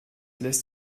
lässt